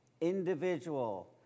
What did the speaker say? individual